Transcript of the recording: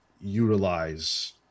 utilize